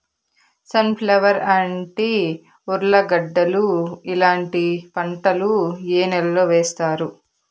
Sun flower, అంటి, ఉర్లగడ్డలు ఇలాంటి పంటలు ఏ నెలలో వేస్తారు?